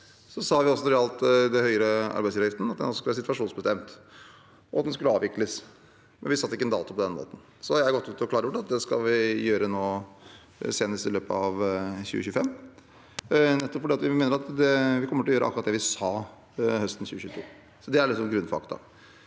vi at den høyere arbeidsgiveravgiften skulle være situasjonsbestemt, og at den skulle avvikles, men vi satte ikke en dato på den måten. Jeg har gått ut og klargjort at det skal vi gjøre senest i løpet av 2025, nettopp fordi vi mener at vi kommer til å gjøre akkurat det vi sa høsten 2022. Det er grunnfakta.